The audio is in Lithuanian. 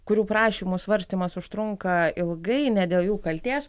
kurių prašymų svarstymas užtrunka ilgai ne dėl jų kaltės